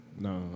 No